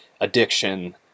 addiction